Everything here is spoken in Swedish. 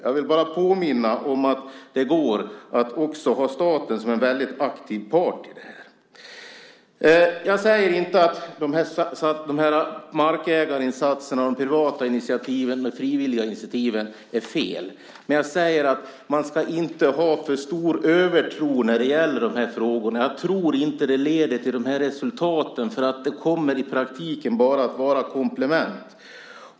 Jag vill bara påminna om att det går att också ha staten som aktiv part i detta. Jag säger inte att markägarinsatserna och de privata och frivilliga initiativen är fel. Men jag säger att man inte ska ha för stor övertro när det gäller de här frågorna. Jag tror inte att det leder till de här resultaten. Det kommer i praktiken bara att vara komplement.